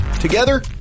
Together